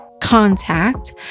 contact